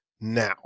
now